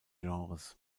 genres